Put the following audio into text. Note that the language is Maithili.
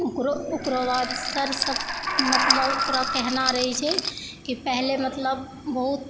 ओकरो ओकरो बाद सर सब मतलब ओकरा कहना रहै छै की पहले मतलब बहुत